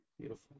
Beautiful